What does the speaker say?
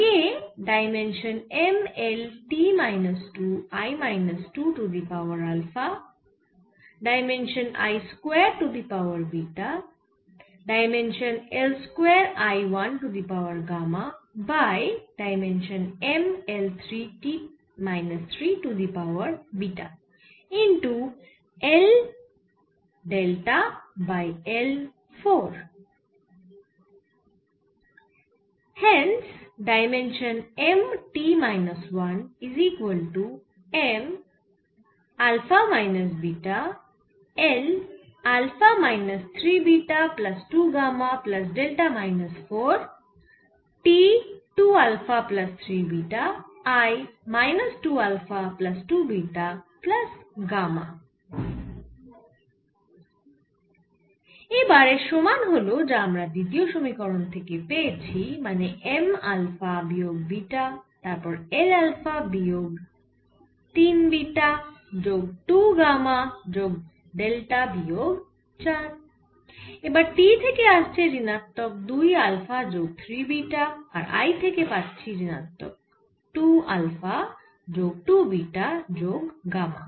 এবার এর সমান হল যা আমরা দ্বিতীয় সমীকরণ থেকে পেয়েছি মানে M আলফা বিয়োগ বিটা তারপর L আলফা বিয়োগ 3 বিটা যোগ 2 গামা যোগ ডেল্টা বিয়োগ 4 এবার T থেকে আসছে ঋণাত্মক 2 আলফা যোগ 3 বিটা আর I থেকে পাচ্ছি ঋণাত্মক 2 আলফা যোগ 2 বিটা যোগ গামা